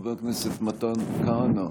חבר הכנסת מתן כהנא,